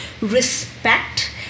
respect